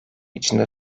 içinde